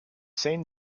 seen